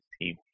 team